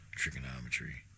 trigonometry